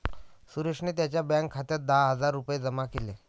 सुरेशने त्यांच्या बँक खात्यात दहा हजार रुपये जमा केले